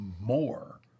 more